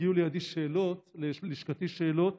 הגיעו ללשכתי שאלות